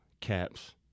caps